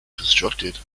constructed